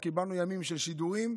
לא קיבלנו ימים של שידורים,